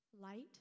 light